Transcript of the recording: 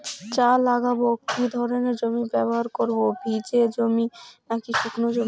চা লাগাবো কি ধরনের জমি ব্যবহার করব ভিজে জমি নাকি শুকনো?